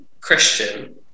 Christian